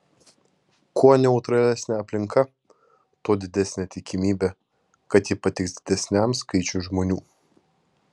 kuo neutralesnė aplinka tuo didesnė tikimybė kad ji patiks didesniam skaičiui žmonių